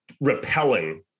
repelling